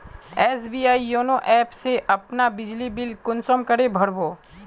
SBI YONO app से अपना बिजली बिल कुंसम करे भर बो?